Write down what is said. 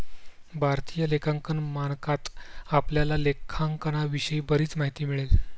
भारतीय लेखांकन मानकात आपल्याला लेखांकनाविषयी बरीच माहिती मिळेल